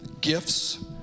gifts